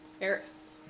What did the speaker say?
Eris